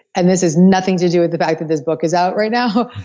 and this is nothing to do with the fact that this book is out right now,